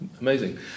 Amazing